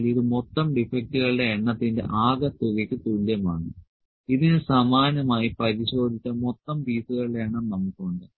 അതിനാൽ ഇത് മൊത്തം ഡിഫെക്ടുകളുടെ എണ്ണത്തിന്റെ ആകെത്തുകയ്ക്ക് തുല്യമാണ് ഇതിന് സമാനമായി പരിശോധിച്ച മൊത്തം പീസുകളുടെ എണ്ണം നമുക്കുണ്ട്